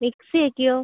mixie ഒക്കെയോ